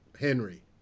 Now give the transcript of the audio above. Henry